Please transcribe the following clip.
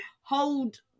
Hold